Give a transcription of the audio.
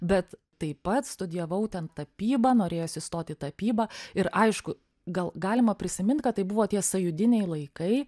bet taip pat studijavau ten tapybą norėjosi stot į tapybą ir aišku gal galima prisimint kad tai buvo tie sąjūdiniai laikai